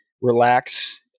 relax